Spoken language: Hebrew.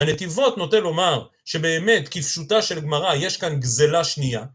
הנתיבות נוטה לומר שבאמת, כפשוטה של גמרא, יש כאן גזלה שנייה.